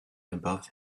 above